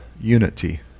unity